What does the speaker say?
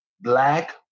black